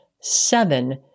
seven